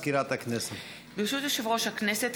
ברשות יושב-ראש הכנסת,